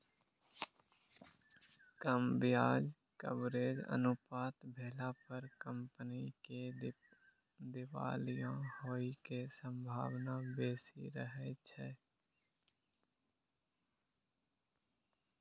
कम ब्याज कवरेज अनुपात भेला पर कंपनी के दिवालिया होइ के संभावना बेसी रहै छै